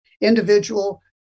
individual